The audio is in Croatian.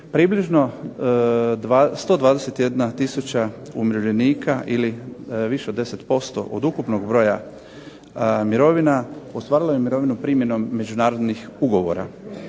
Približno 121 tisuća umirovljenika ili više od 10% od ukupnog broja mirovina ostvarilo je mirovinu primjenom međunarodnih ugovora